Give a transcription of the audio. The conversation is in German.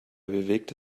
bewegte